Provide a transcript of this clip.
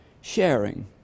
Sharing